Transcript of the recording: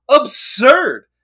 absurd